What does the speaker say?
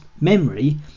memory